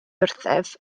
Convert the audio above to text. wrthyf